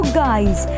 guys